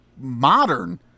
modern